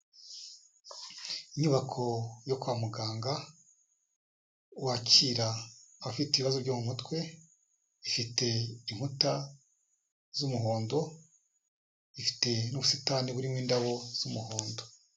Inyubako yo kwa muganga, wakira abafite ibibazo byo mu mutwe, ifite inkuta z'umuhondo, ifite n'ubusitani burimo indabo z'umuhondo.